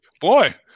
Boy